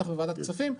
ובטח בוועדת כספים,